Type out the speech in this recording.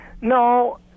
No